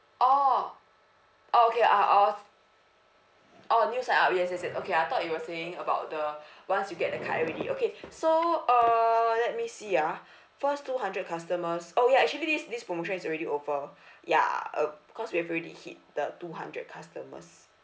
oh oh okay uh oh oh new sign up yes is it okay I thought you were saying about the once you get the card already okay so err let me see ah first two hundred customers oh ya actually this promotion is already over ya uh because we've already hit the two hundred customers